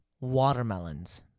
watermelons